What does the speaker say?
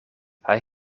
hij